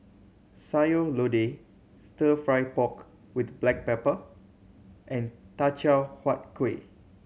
Sayur Lodeh Stir Fry pork with black pepper and Teochew Huat Kueh